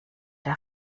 der